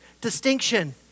distinction